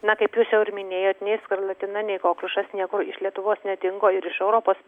na kaip jūs jau ir minėjot nei skarlatina nei kokliušas niekur iš lietuvos nedingo ir iš europos